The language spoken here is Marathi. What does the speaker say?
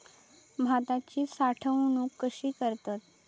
भाताची साठवूनक कशी करतत?